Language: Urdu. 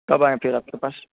کب آئیں پھر آپ کے پاس